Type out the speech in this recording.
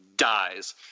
dies